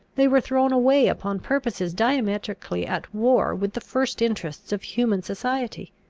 they were thrown away upon purposes diametrically at war with the first interests of human society.